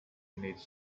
needs